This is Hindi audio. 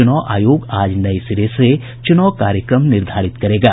चूनाव आयोग आज नये सिरे से चूनाव कार्यक्रम निर्धारित करेगा